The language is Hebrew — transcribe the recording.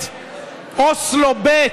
את אוסלו ב'